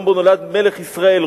מקום שבו נולד מלך ישראל,